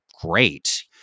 great